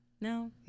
No